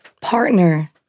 partner